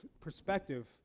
perspective